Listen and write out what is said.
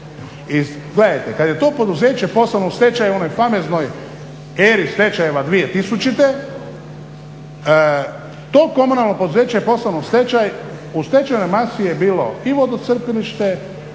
kad je to poduzeće poslano u stečaj u onoj famoznoj eri stečajeva 2000. to komunalno poduzeće je poslano u stečaj, u stečajnoj masi je bilo i vodocrpilište